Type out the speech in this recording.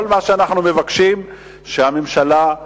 כל מה שאנחנו מבקשים, שהממשלה,